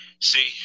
see